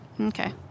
Okay